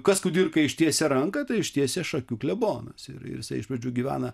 kas kudirkai ištiesia ranką ištiesia šakių klebonas ir jis iš pradžių gyvena